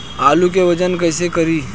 आलू के वजन कैसे करी?